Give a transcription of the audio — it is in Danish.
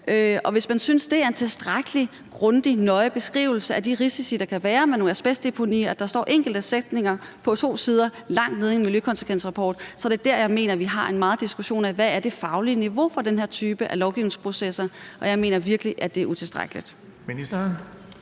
Hvis man synes, det er en tilstrækkelig, grundig, nøje beskrivelse af de risici, der kan være med nogle asbestdeponier, altså at der står enkelte sætninger på to sider langt nede i en miljøkonsekvensrapport, så er det der, jeg mener, vi må have en diskussion af, hvad det faglige niveau er for den her type lovgivningsprocesser. Jeg mener virkelig, at det er utilstrækkeligt.